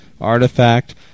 artifact